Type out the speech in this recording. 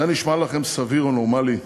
זה נשמע לכם סביר או נורמלי?